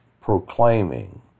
proclaiming